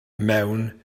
mewn